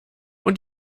und